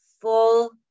full